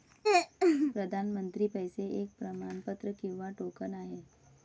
प्रतिनिधी पैसे एक प्रमाणपत्र किंवा टोकन आहे